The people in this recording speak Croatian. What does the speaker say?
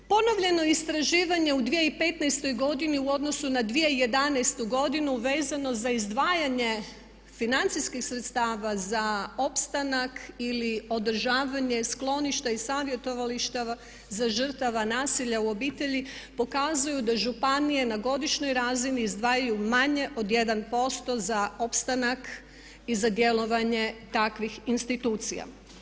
Ponovljeno istraživanje u 2015.godini u odnosu na 2011.godinu vezano za izdvajanje financijskih sredstava za opstanak ili održavanje skloništa i savjetovališta za žrtve nasilja u obitelji pokazuju da županije na godišnjoj razini izdvajaju manje od 1% za opstanak i za djelovanje takvih institucija.